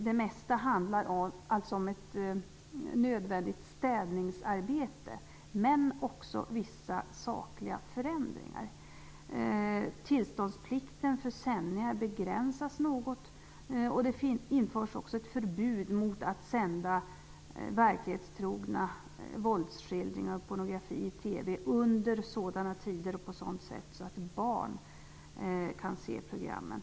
Det handlar alltså om ett nödvändigt städningsarbete men också om vissa sakliga förändringar. Det införs också ett förbud mot att sända verklighetstrogna våldsskildringar och pornografi i TV under sådana tider och på sådant sätt att barn kan se programmen.